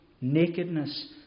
nakedness